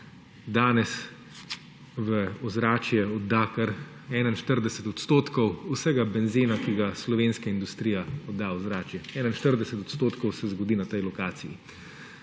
danes v ozračje odda kar 41 odstotkov vsega benzena, ki ga slovenska industrija oddaja v ozračje. 41 odstotkov se zgodi na tej lokaciji.